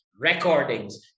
Recordings